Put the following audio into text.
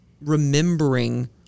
remembering